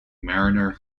mariner